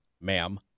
ma'am